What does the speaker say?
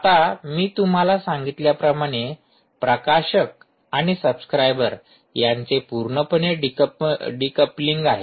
आता मी तुम्हाला सांगितल्याप्रमाणे प्रकाशक आणि सब्सक्राइबर्स यांचे पूर्णपणे डिकपलिंग आहे